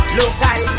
local